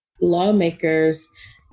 lawmakers